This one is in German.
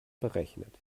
berechnet